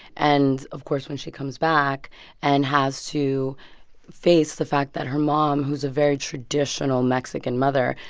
and, of course, when she comes back and has to face the fact that her mom, who's a very traditional mexican mother,